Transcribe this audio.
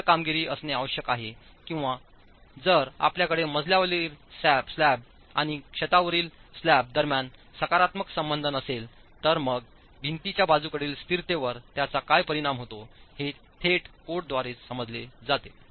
इष्ट कामगिरी असणे आवश्यक आहे किंवा जर आपल्याकडे मजल्यावरील स्लॅब आणि छतावरील स्लॅब दरम्यान सकारात्मक संबंध नसेल तर मग भिंतींच्या बाजूकडील स्थिरतेवर त्याचा काय परिणाम होतो हे थेट कोडद्वारेच समजले जाते